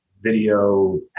video